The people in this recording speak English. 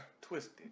Twisted